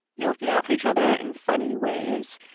you're looking out for each other in funny ways.